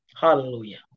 Hallelujah